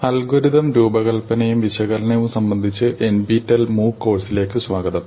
algorithm രൂപകൽപ്പനയും വിശകലനവും സംബന്ധിച്ച് NPTEL MOOC കോഴ്സിലേക്ക് സ്വാഗതം